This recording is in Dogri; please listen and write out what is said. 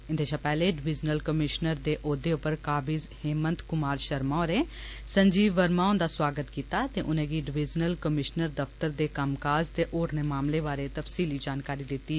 इन्दे शा पैहले डिविजनल कमीश्नर दे ओहदे उप्पर काबिज् हेमन्त कुमार शर्मा होरें संजीव वर्मा हुन्दा स्वागत कीता ते उनेंगी डिविजनल कमीश्नर दफ्तर दे कम्मकाज ते होरने मामले बारै तफसीली जानकारी दिती